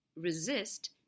resist